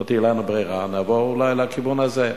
לא תהיה לנו ברירה, נעבור אולי לכיוון הזה.